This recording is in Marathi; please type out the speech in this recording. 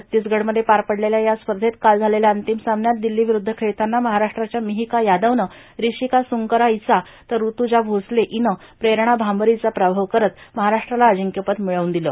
छत्तीसगडमध्ये पार पडलेल्या या स्पर्धेत काल म्मालेल्या अंतिम सामन्यात दिल्लीविरूद्ध खेळताना महाराष्ट्राच्या मिहिका यादवनं रिशिका सुंकरा हिचा तर ऋतूजा भोसले हिनं प्रेरणा भांबरीचा पराभव करत महाराष्ट्राला अजिंक्यपद मिळवून दिलं